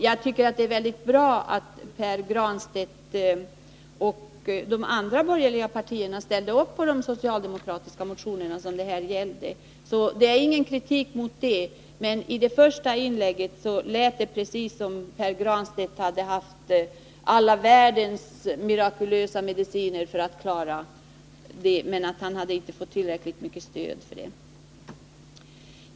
Jag tycker att det är mycket bra att Pär Granstedt och representanterna för de andra borgerliga partierna ställer upp bakom de ifrågavarande socialdemokratiska motionerna. Jag kritiserar alltså inte detta, men i Pär Granstedts första inlägg lät det precis som om Pär Granstedt hade haft alla världens mirakulösa mediciner för att klara problemen men inte fått tillräckligt stöd.